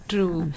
True